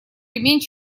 ремень